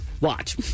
watch